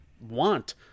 want